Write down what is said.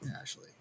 Ashley